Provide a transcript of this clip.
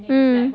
mm